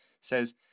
says